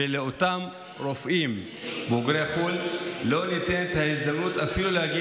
ולאותם רופאים בוגרי חו"ל לפעמים אפילו לא ניתנת ההזדמנות להגיע